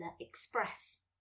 Express